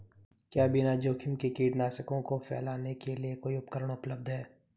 क्या बिना जोखिम के कीटनाशकों को फैलाने के लिए कोई उपकरण उपलब्ध है?